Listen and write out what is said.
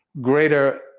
greater